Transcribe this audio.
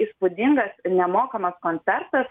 įspūdingas nemokamas koncertas